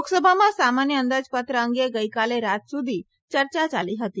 લોકસભામાં સામાન્ય અંદાજપત્ર અંગે ગઇકાલે રાત સુધી ચર્ચા યાલી હતી